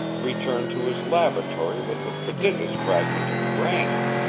returned to his laboratory with a prodigious fragment of granite,